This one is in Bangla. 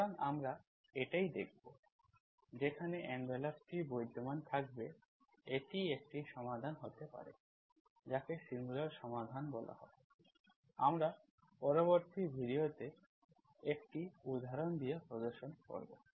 সুতরাং আমরা এটাই দেখব যখন এনভেলাপটি বিদ্যমান থাকবে এটি একটি সমাধান হতে পারে যাকে সিঙ্গুলার সমাধান বলা হয় আমরা পরবর্তী ভিডিওতে একটি উদাহরণ দিয়ে প্রদর্শন করব